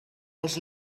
als